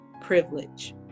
privilege